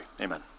Amen